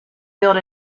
built